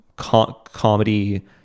comedy